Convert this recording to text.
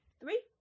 Three